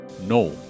No